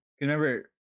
remember